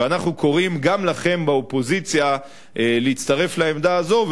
ואנחנו קוראים גם לכם באופוזיציה להצטרף לעמדה הזאת,